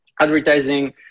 advertising